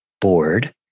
bored